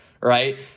right